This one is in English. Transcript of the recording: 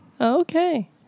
Okay